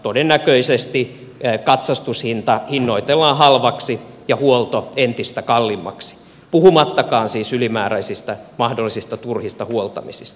todennäköisesti katsastushinta hinnoitellaan halvaksi ja huolto entistä kalliimmaksi puhumattakaan siis ylimääräisistä mahdollisista turhista huoltamisista